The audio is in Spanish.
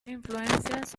influencias